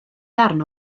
ddarn